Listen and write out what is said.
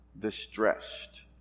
distressed